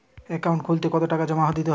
Account খুলতে কতো টাকা জমা দিতে হবে?